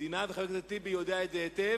וחבר הכנסת טיבי יודע את זה היטב,